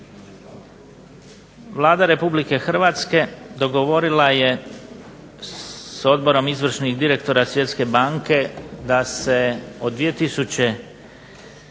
Vlada Republike Hrvatske dogovorila je s Odborom izvršnih direktora Svjetske banke da se od 2009.